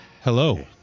Hello